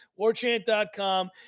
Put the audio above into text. Warchant.com